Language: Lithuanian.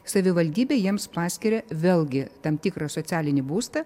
savivaldybė jiems paskiria vėlgi tam tikrą socialinį būstą